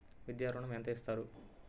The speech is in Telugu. విద్యా ఋణం ఎంత ఇస్తారు?